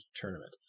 tournament